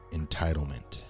entitlement